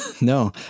No